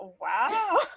wow